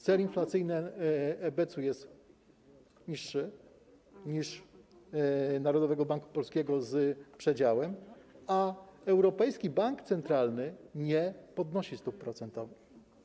Cel inflacyjny EBC jest niższy niż Narodowego Banku Polskiego z przedziałem, a Europejski Bank Centralny nie podnosi stóp procentowych.